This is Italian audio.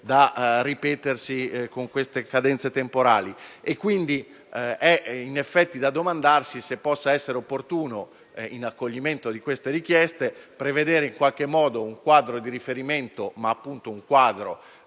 da ripetersi con certe cadenze temporali. In effetti, c'è da domandarsi se possa essere opportuno, in accoglimento di queste richieste, prevedere in qualche modo un quadro di riferimento normativo